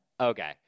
Okay